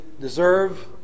deserve